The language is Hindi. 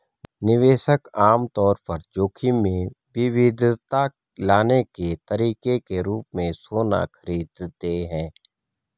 निवेशक आम तौर पर जोखिम में विविधता लाने के तरीके के रूप में सोना खरीदते हैं